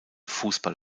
fußball